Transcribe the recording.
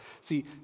See